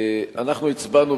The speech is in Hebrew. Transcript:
אנחנו הצבענו,